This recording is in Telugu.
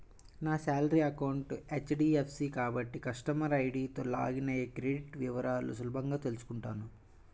నా శాలరీ అకౌంట్ హెచ్.డి.ఎఫ్.సి కాబట్టి కస్టమర్ ఐడీతో లాగిన్ అయ్యి క్రెడిట్ వివరాలను సులభంగా తెల్సుకుంటాను